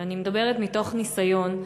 אני מדברת מניסיון.